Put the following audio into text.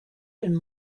and